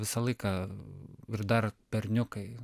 visą laiką ir dar berniukai